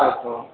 అబ్బో